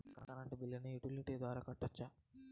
Current బిల్లును utility ద్వారా కట్టొచ్చా?